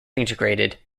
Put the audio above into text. integrated